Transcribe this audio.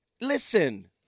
Listen